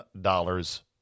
dollars